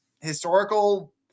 historical